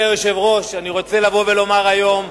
היושב-ראש, אני רוצה לבוא ולומר היום,